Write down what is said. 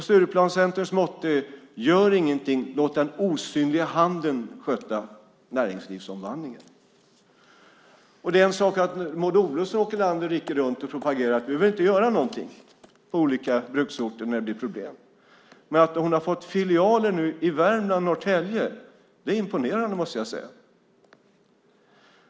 Stureplanscenterns motto är: Gör ingenting, låt den osynliga handen sköta näringslivsomvandlingen. Det är en sak att Maud Olofsson åker land och rike runt och propagerar: Vi behöver inte göra någonting på olika bruksorter när det blir problem! Men att hon har fått filialer i Värmland och Norrtälje är imponerande, måste man säga.